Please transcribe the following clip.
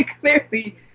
clearly